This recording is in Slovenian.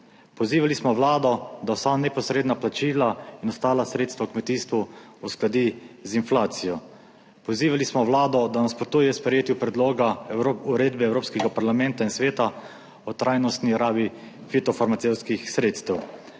Pozivali smo Vlado, da vsa neposredna plačila in ostala sredstva v kmetijstvu uskladi z inflacijo. Pozivali smo Vlado, da nasprotuje sprejetju predloga uredbe Evropskega parlamenta in sveta o trajnostni rabi fitofarmacevtskih sredstev.